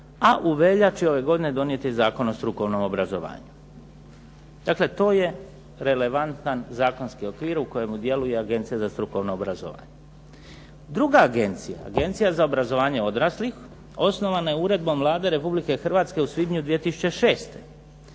a u veljači ove godine donijet je Zakon o strukovnom obrazovanju. Dakle, to je relevantan zakonski okvir u kojemu djeluje Agencija za strukovno obrazovanje. Druga agencija, Agencija za obrazovanje odraslih osnovana je Uredbom Vlade Republike Hrvatske u svibnju 2006.